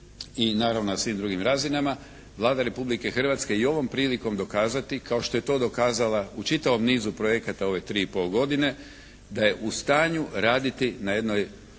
i naravno na svim drugim razinama Vlada Republike Hrvatske i ovom prilikom dokazati kao što je to dokazala u čitavom nizu projekata u ove tri i pol godine da je u stanju raditi na jednoj